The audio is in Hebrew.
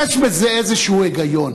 יש בזה איזה היגיון,